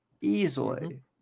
easily